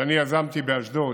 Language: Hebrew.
שאני יזמתי באשדוד,